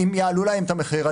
אם יעלו להם את המחיר,